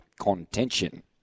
contention